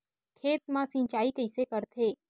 खेत मा सिंचाई कइसे करथे?